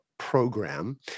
program